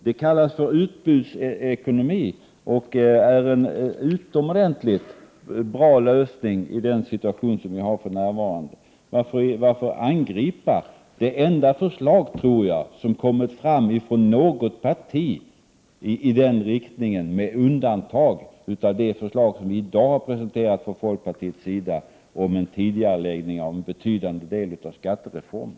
Det kallas utbudsekonomi, och det är en utomordentligt bra lösning i den nuvarande situationen. Varför angripa det enda förslag som har lagts fram från något parti i den riktningen, med undantag av de förslag som i dag presenteras av folkpartiet om en tidigareläggning av en betydande del av skattereformen?